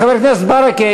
חבר הכנסת ברכה,